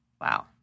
Wow